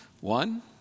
One